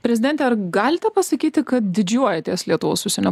prezidente ar galite pasakyti kad didžiuojatės lietuvos užsienio